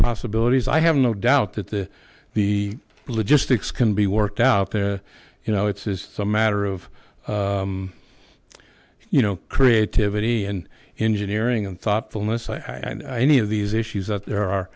possibilities i have no doubt that the the logistics can be worked out there you know it's a matter of you know creativity and engineering and thoughtfulness i ne of these issues that there are